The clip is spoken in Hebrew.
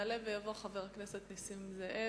יעלה ויבוא חבר הכנסת נסים זאב,